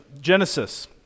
Genesis